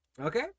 okay